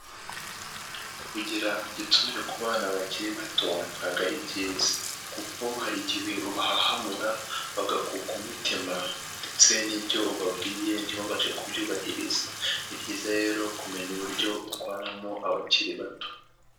Kugira igitsure ku bana bakiri bato, ntago ari byiza kuko hari igihe ubahahamura, bagakuka umutima ndetse n'ibyo ubabwiye ntibabashe kubyubahiriza. Ni byiza rero kumenya uburyo utwaramo abakiri bato.